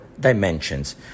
dimensions